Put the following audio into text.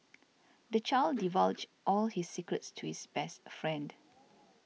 the child divulged all his secrets to his best friend